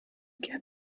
gerne